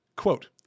Quote